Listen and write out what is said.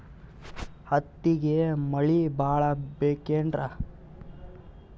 ಹತ್ತಿಗೆ ಮಳಿ ಭಾಳ ಬೇಕೆನ್ರ?